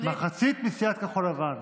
מחצית מסיעת כחול לבן.